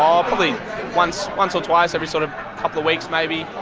probably once once or twice, every sort of couple of weeks maybe.